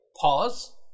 pause